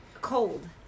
Cold